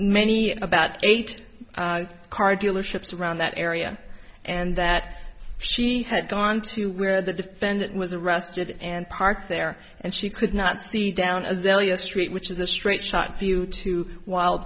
many about eight car dealerships around that area and that she had gone to where the defendant was arrested and parked there and she could not see down a zillion street which is a straight shot due to wild